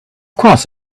course